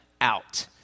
out